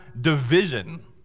division